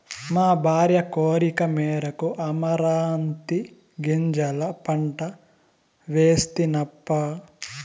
మా భార్య కోరికమేరకు అమరాంతీ గింజల పంట వేస్తినప్పా